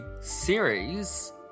series